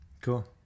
Cool